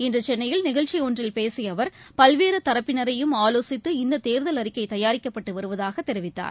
இன்றுசென்னயில் நிகழ்ச்சிஒன்றில் பேசியஅவர் பல்வேறுதரப்பினரையும் ஆலோசித்து இந்ததேர்தல் அறிக்கைதயாரிக்கப்பட்டுவருவதாகதெரிவித்தார்